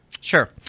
Sure